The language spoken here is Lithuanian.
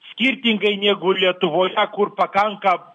skirtingai negu lietuvoje kur pakanka